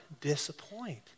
disappoint